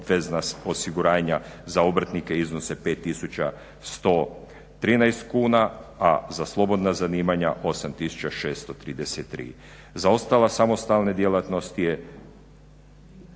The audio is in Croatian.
obvezna osiguranja za obrtnike, iznose 5113 kuna a za slobodna zanimanja 8 tisuća 633. Za ostale samostalne djelatnosti je